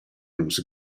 nus